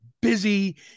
busy